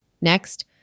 Next